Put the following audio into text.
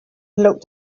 looked